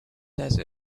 desert